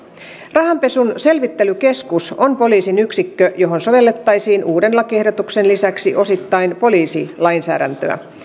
rahanpesun selvittelykeskus on poliisin yksikkö johon sovellettaisiin uuden lakiehdotuksen lisäksi osittain poliisilainsäädäntöä